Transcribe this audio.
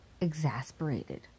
exasperated